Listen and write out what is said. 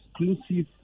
exclusive